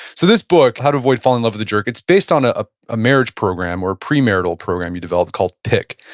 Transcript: so this book, how to avoid falling in love with a jerk, it's based on ah ah a marriage program or a premarital program you developed called pick.